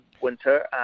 winter